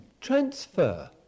transfer